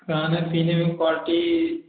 खाने पीने में क्वालिटी